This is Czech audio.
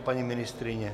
Paní ministryně?